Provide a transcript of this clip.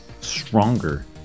stronger